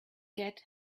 get